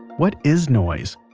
what is noise?